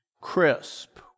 crisp